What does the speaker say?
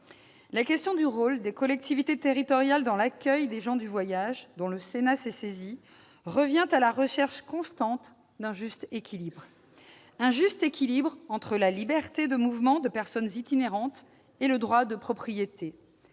la question du rôle des collectivités territoriales dans l'accueil des gens du voyage, dont le Sénat s'est saisi, revient à rechercher de façon constante un juste équilibre : un juste équilibre entre la liberté de mouvement de personnes itinérantes et le droit de propriété